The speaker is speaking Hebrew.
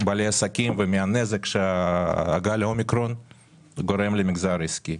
בעלי העסקים ומהנזק שגל האומיקרון גורם למגזר העסקי.